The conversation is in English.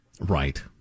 right